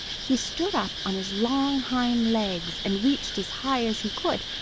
he stood up on his long hind legs and reached as high as he could.